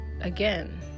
again